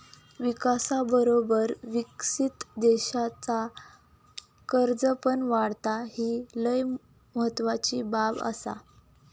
विकासाबरोबर विकसित देशाचा कर्ज पण वाढता, ही लय महत्वाची बाब आसा